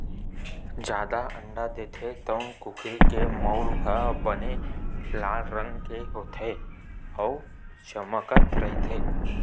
जादा अंडा देथे तउन कुकरी के मउर ह बने लाल रंग के होथे अउ चमकत रहिथे